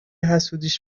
حسودیش